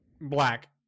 Black